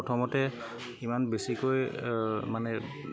প্ৰথমতে ইমান বেছিকৈ মানে